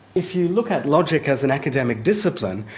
if you look at logic as an academic discipline,